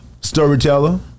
storyteller